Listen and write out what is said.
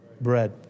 bread